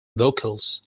vocals